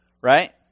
Right